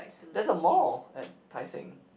there's a mall at Tai-Seng